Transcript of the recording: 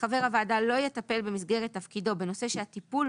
חבר הוועדה לא יטפל במסגרת תפקידו בנושא שהטיפול